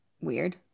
weird